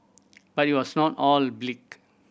but it was not all bleak